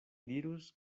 dirus